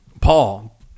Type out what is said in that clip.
Paul